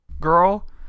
girl